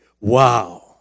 wow